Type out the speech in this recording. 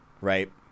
right